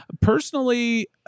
Personally